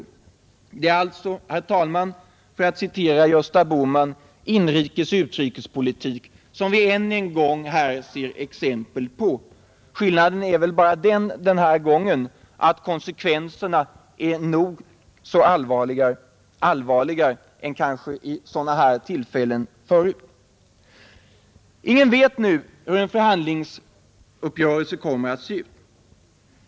Det är alltså, herr talman, för att citera Gösta Bohman, inrikes utrikespolitik som vi ännu en gång här ser exempel på. Skillnaden är väl bara den att konsekvenserna den här gången är nog så allvarliga, allvarligare än vid sådana här tillfällen tidigare. Ingen vet nu hur en förhandlingsuppgörelse kommer att se ut.